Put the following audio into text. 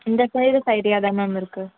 இந்த சைடு சைடியாதான் மேம் இருக்குது